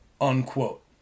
Unquote